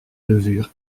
levure